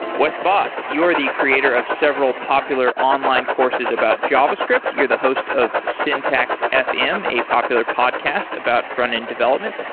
wes bos, you are the creator of several popular online courses about javascript. you're the host of syntax fm, a popular podcast about frontend development.